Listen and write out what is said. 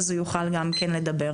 אז הוא יוכל גם כן לדבר.